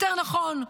יותר נכון,